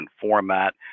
format